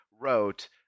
wrote